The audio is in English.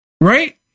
right